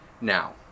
Now